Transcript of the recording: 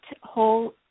whole